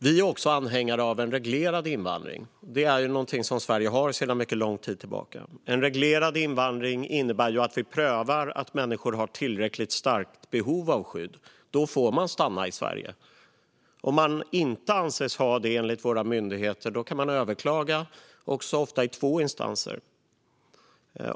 Vi är också anhängare av en reglerad invandring. Det är något som Sverige har sedan mycket lång tid tillbaka. En reglerad invandring innebär att vi prövar att människor har tillräckligt starkt behov av skydd; då får man stanna i Sverige. Om man inte anses ha det enligt våra myndigheter kan man överklaga, ofta i två instanser.